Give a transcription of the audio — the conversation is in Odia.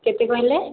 କେତେ କହିଲେ